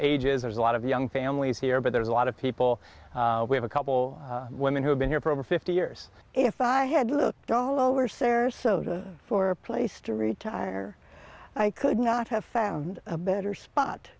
ages there's a lot of young families here but there's a lot of people we have a couple women who have been here for over fifty years if i had looked all over sarasota for a place to retire i could not have found a better spot